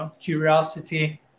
curiosity